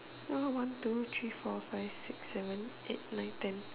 one two three four five six seven eight nine ten